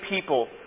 people